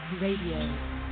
Radio